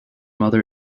mother